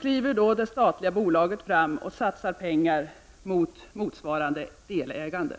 kliver det statliga bolaget fram och satsar pengar mot ett motsvarande delägande.